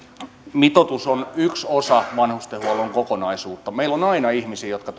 mitoitus on yksi osa vanhustenhuollon kokonaisuutta meillä on aina ihmisiä jotka